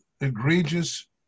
egregious